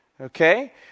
Okay